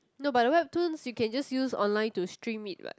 no but the right tunes you can just use online to stream it what